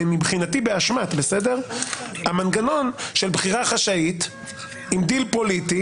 מבחינתי באשמת המנגנון של בחירה חשאית עם דיל פוליטי